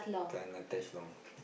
can't attach long